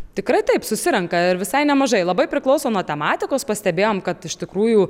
tikrai taip susirenka ir visai nemažai labai priklauso nuo tematikos pastebėjom kad iš tikrųjų